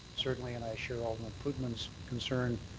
certainly and i share alderman pootmans' concern,